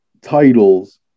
titles